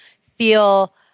feel